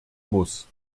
muss